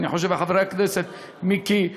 וחברי הכנסת מיקי זוהר,